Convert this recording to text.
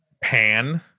pan